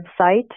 website